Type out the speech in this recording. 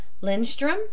Lindstrom